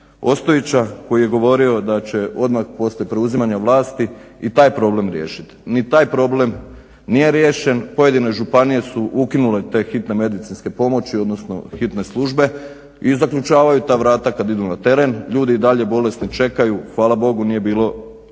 Ostojića koji je govorio da će odmah nakon preuzimanja vlasti i taj problem riješiti. Ni taj problem nije riješen, pojedine županije su ukinule te hitne medicinske pomoći odnosno hitne službe i zaključavaju ta vrata kada idu na teren. Ljudi i dalje bolesni čekaju. Hvala bogu nije bilo